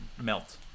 Melt